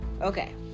okay